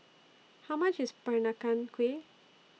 How much IS Peranakan Kueh